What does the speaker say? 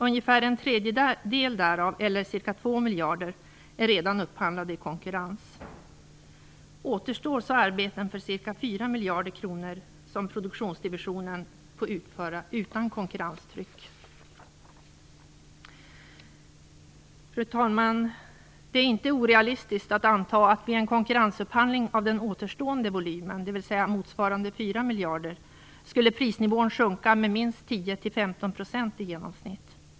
Ungefär en tredjedel därav, eller ca 2 miljarder kronor, är redan upphandlade i konkurrens. Återstår så arbeten för ca 4 miljarder kronor som produktionsdivisionen får utföra utan konkurrenstryck. Fru talman! Det är inte orealistiskt att anta att vid en konkurrensupphandling av den återstående volymen, dvs. motsvarande 4 miljarder kronor, skulle prisnivån sjunka med minst 10-15 % i genomsnitt.